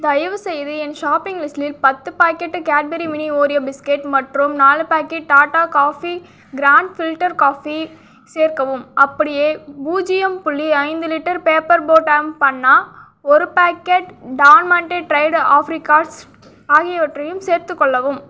தயவுசெய்து என் ஷாப்பிங் லிஸ்டில் பத்து packet Cadbury mini Oreo biscuit மற்றும் நாலு packet Tata coffee grand filter coffee சேர்க்கவும் அப்படியே பூஜ்ஜியம் புள்ளி ஐந்து litre Paper Boat aam panna ஒரு packet Don Monte dried apricots ஆகியவற்றையும் சேர்த்துக் கொள்ளவும்